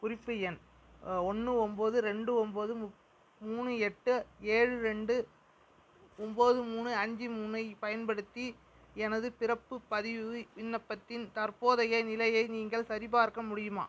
குறிப்பு எண் ஒன்று ஒன்போது ரெண்டு ஒன்போது மூணு எட்டு ஏழு ரெண்டு ஒன்போது மூணு அஞ்கு மூணைப் பயன்படுத்தி எனதுப் பிறப்பு பதிவு விண்ணப்பத்தின் தற்போதைய நிலையை நீங்கள் சரிபார்க்க முடியுமா